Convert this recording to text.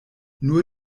nur